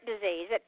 disease